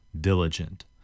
diligent